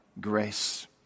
grace